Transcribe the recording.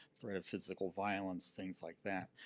threat of physical violence, things like that.